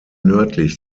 nördlich